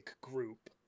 group